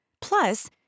Plus